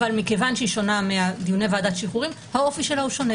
אבל מכיוון שהיא שונה מדיוני ועדת השחרורים האופי שלה שונה.